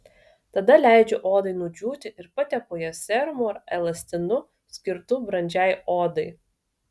tada leidžiu odai nudžiūti ir patepu ją serumu ar elastinu skirtu brandžiai odai